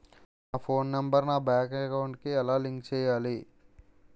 నా phone number నా bank account కి ఎలా లింక్ చేయాలి?